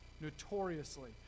notoriously